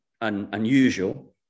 unusual